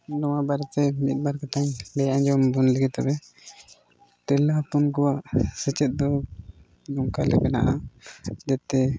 ᱱᱚᱣᱟ ᱵᱟᱨᱮᱛᱮ ᱢᱤᱫ ᱵᱟᱨ ᱠᱟᱛᱷᱟᱧ ᱞᱟᱹᱭ ᱟᱸᱡᱚᱢ ᱟᱵᱚᱱ ᱞᱮᱜᱮ ᱛᱚᱵᱮ ᱛᱤᱨᱞᱟᱹ ᱦᱚᱯᱚᱱ ᱠᱚᱣᱟᱜ ᱥᱮᱪᱮᱫ ᱫᱚ ᱱᱚᱝᱠᱟ ᱞᱮᱠᱟᱱᱟᱜ ᱡᱟᱛᱮ